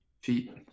feet